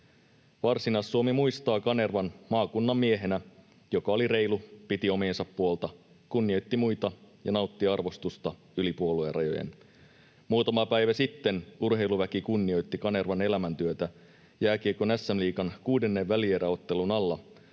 Varsinais-Suomi muistaa Kanervan maakunnan miehenä, joka oli reilu, piti omiensa puolta, kunnioitti muita ja nautti arvostusta yli puoluerajojen. Muutama päivä sitten urheiluväki kunnioitti Kanervan elämäntyötä jääkiekon SM-liigan kuudennen välieräottelun alla.